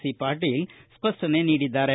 C Patil ಸ್ವಷ್ಷನೆ ನೀಡಿದ್ದಾರೆ